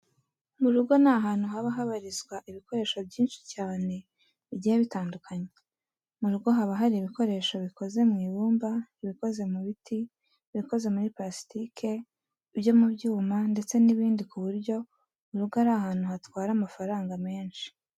Mu rugo ni ahantu haba habarizwa ibikoresho byinshi cyane bigiye bitandukanye. Mu rugo haba hari ibikoresho bikoze mu ibumba, ibikoze mu biti, ibikoze muri parasitike , ibyo mu byuma ndetse n'ibindi ku buryo urugo ari ahantu hatwara amafaranga menshi.